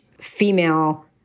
female